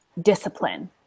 discipline